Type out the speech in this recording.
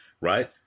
right